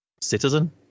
citizen